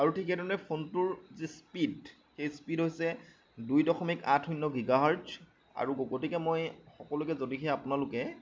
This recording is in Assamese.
আৰু ঠিক সেই ধৰণে ফোনটোৰ যি স্পীড সেই স্পীড হৈছে দুই দশমিক আঠ শূন্য় গিগাহাৰ্টছ আৰু গ গতিকে মই সকলোকে যদিহে আপোনালোকে